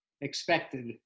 expected